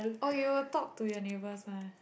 or you will talk to your neighbors one